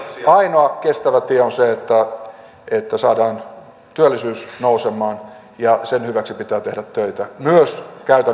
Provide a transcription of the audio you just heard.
ainoa kestävä tie on se että saadaan työllisyys nousemaan ja sen hyväksi pitää tehdä töitä myös käytännön teoissa